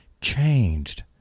changed